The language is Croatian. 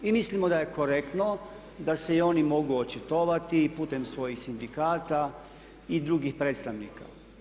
I mislimo da je korektno da se i oni mogu očitovati i putem svojih sindikata i drugih predstavnika.